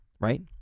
right